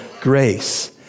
grace